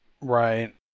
Right